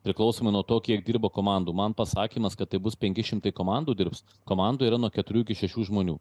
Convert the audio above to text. priklausomai nuo to kiek dirba komandų man pasakymas kad tai bus penki šimtai komandų dirbs komandoj yra nuo keturių iki šešių žmonių